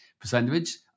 percentage